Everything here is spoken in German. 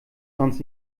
sonst